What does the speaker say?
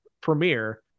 premiere